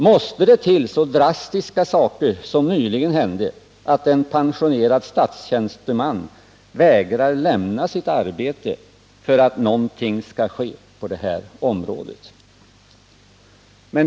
Måste det till så drastiska saker för att någonting skall ske på det här området som vad som nyligen hände, när en pensionerad statstjänsteman vägrade att lämna sitt arbete?